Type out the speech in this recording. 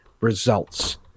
results